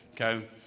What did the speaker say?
okay